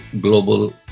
global